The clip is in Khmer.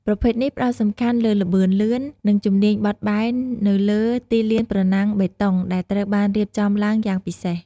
ប្រភេទនេះផ្តោតសំខាន់លើល្បឿនលឿន និងជំនាញបត់បែននៅលើទីលានប្រណាំងបេតុងដែលត្រូវបានរៀបចំឡើងយ៉ាងពិសេស។